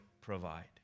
provide